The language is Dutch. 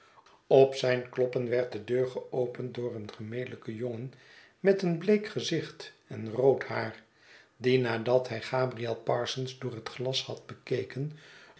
op zijn kloppen werd de deur geopend door een gemelijken jongen met een bleek gezicht en rood haar die nadat hij gabriel parsons door het glas had bekeken